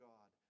God